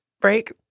break